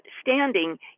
standing